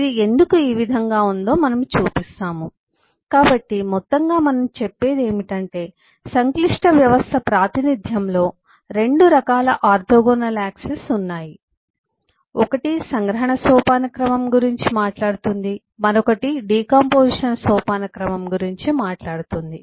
ఇది ఎందుకు ఈ విధంగా ఉందో మనము చూపిస్తాము కాబట్టి మొత్తంగా మనం చెప్పేది ఏమిటంటే సంక్లిష్ట వ్యవస్థ ప్రాతినిధ్యంలో 2 రకాల ఆర్తోగోనల్ యాక్సెస్ ఉన్నాయి ఒకటి సంగ్రహణ సోపానక్రమం గురించి మాట్లాడుతుంది మరొకటి డికాంపొజిషన్ సోపానక్రమం గురించి మాట్లాడుతుంది